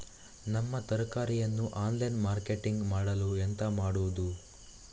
ನಮ್ಮ ತರಕಾರಿಯನ್ನು online marketing ಮಾಡಲು ಎಂತ ಮಾಡುದು?